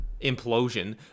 implosion